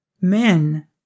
men